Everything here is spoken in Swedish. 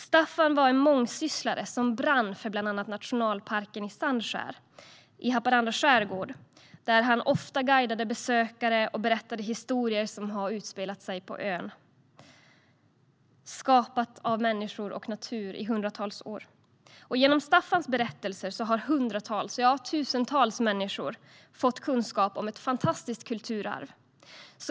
Staffan var en mångsysslare som brann för bland annat nationalparken på Sandskär i Haparanda skärgård, där han ofta guidade besökare och berättade historier som utspelat sig på ön, skapade av människor och natur i hundratals år. Genom Staffans berättelser har hundratals, ja tusentals, människor fått kunskap om ett fantastiskt kulturarv.